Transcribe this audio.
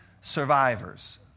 survivors